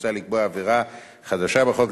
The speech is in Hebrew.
מוצע לקבוע עבירה חדשה בחוק,